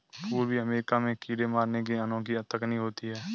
पूर्वी अमेरिका में कीड़े मारने की अनोखी तकनीक होती है